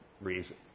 reason